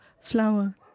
flower